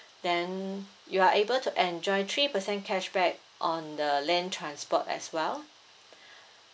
then you are able to enjoy three percent cashback on the land transport as well